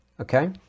Okay